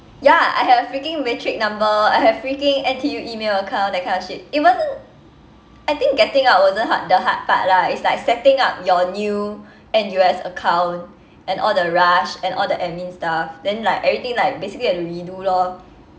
ya I had a freaking metric number I have freaking N_T_U email account that kinda shit it wasn't I think getting out wasn't hard the hard part lah it's like setting up your new N_U_S account and all the rush and all the admin stuff then like everything like basically had to redo lor